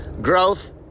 Growth